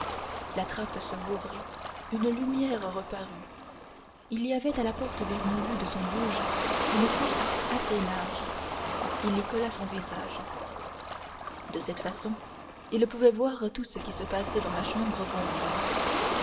la trappe se rouvrit une lumière reparut il y avait à la porte vermoulue de son bouge une fente assez large il y colla son visage de cette façon il pouvait voir tout ce qui se passait dans la chambre voisine